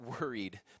worried